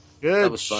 Good